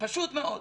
פשוט מאוד.